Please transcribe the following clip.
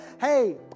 hey